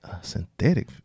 synthetic